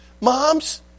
Moms